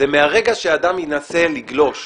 מהרגע שאדם ינסה לגלוש